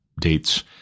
dates